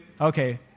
Okay